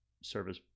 service